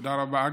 תודה רבה.